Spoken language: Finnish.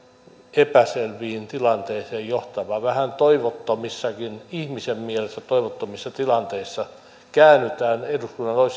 epäselviin tilanteisiin johtava vähän toivottomissakin ihmisen mielessä toivottomissa tilanteissa käännytään eduskunnan